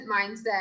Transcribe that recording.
mindset